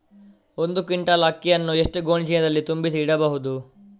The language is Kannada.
ಒಂದು ಕ್ವಿಂಟಾಲ್ ಅಕ್ಕಿಯನ್ನು ಎಷ್ಟು ಗೋಣಿಚೀಲದಲ್ಲಿ ತುಂಬಿಸಿ ಇಡಬಹುದು?